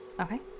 Okay